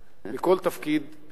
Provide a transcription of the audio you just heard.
מכל תפקיד פיקודי.